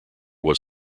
was